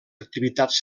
activitats